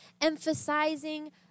emphasizing